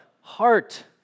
heart